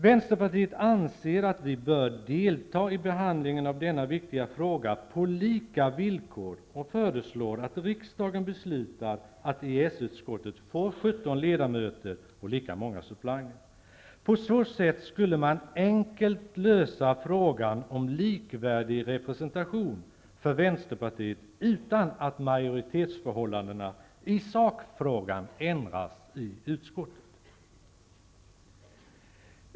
Vänsterpartiet anser att vi bör delta i behandlingen av denna viktiga fråga på lika villkor och föreslår att riksdagen beslutar att EES-utskottet får 17 ledamöter och lika många suppleanter. På så sätt skulle man enkelt lösa frågan om likvärdig representation för Vänsterpartiet utan att majoritetsförhållandena i sakfrågan ändras i utskottet.